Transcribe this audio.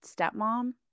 stepmom